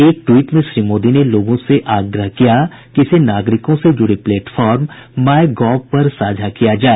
एक टवीट में श्री मोदी ने लोगों से आग्रह किया कि इसे नागरिकों से जुड़े प्लेट फॉर्म माय गॉव पर साझा किया जाए